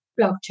blockchain